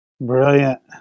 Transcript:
brilliant